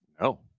No